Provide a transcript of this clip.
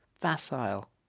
facile